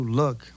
look